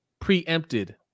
preempted